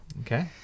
Okay